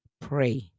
pray